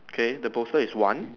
okay the poster is one